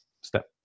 step